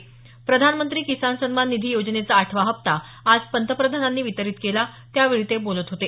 ेप्रधानमंत्री किसान सम्मान निधी योजनेचा आठवा हप्पा आज पंतप्रधानांनी वितरीत केला त्यावेळी ते बोलत होते